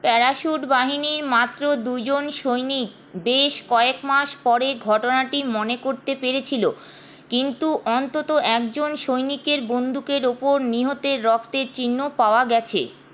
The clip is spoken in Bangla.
প্যারাশুটবাহিনীর মাত্র দুজন সৈনিক বেশ কয়েক মাস পরে ঘটনাটি মনে করতে পেরেছিল কিন্তু অন্ততঃ একজন সৈনিকের বন্দুকের উপর নিহতের রক্তের চিহ্ন পাওয়া গেছে